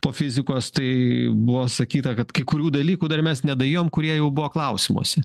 po fizikos tai buvo sakyta kad kai kurių dalykų dar mes nedaėjom kurie jau buvo klausimuose